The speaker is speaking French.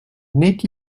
n’est